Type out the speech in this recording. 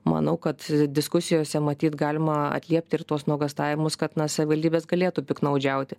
manau kad diskusijose matyt galima atliept ir tuos nuogąstavimus kad savivaldybės galėtų piktnaudžiauti